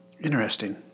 Interesting